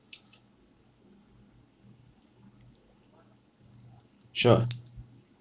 sure